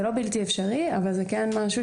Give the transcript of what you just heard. זה לא בלתי אפשרי אבל זה כן משהו